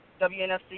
WNFC